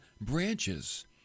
branches